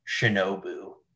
Shinobu